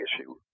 issue